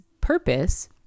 purpose